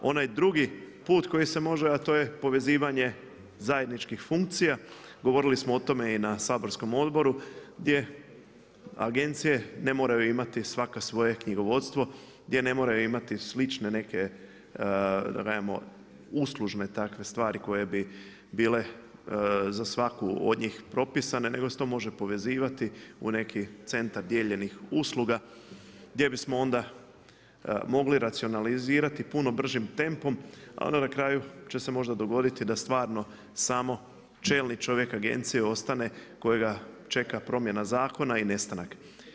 Onaj drugi put koji se može, a to je povezivanje zajedničkih funkcija, govorili smo o tome i na saborskom odboru gdje agencije ne moraju imati svaka svoje knjigovodstvo, gdje ne moraju imati slične neke uslužne takve stvari koje bi bile za svaku od njih propisane nego se to može povezivati u neki centar dijeljenih usluga gdje bismo onda mogli racionalizirati puno bržim tempom, a ono na kraju će se možda dogoditi da stvarno samo čelni čovjek agencije ostane kojega čega promjena zakona i nestanak.